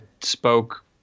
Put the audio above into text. spoke